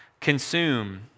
consume